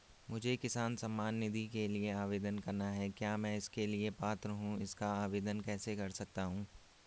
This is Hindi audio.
मुझे किसान सम्मान निधि के लिए आवेदन करना है क्या मैं इसके लिए पात्र हूँ इसका आवेदन कैसे कर सकता हूँ?